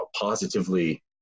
positively